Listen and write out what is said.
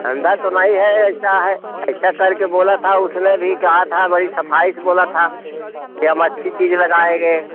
धंधा तो नहीं है ऐसा है ऐसा करके बोला था उसने भी कहा था भाई सफाई से बोला था कि हम अच्छी चीज़ लगाएगे